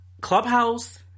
clubhouse